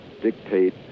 dictate